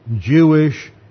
Jewish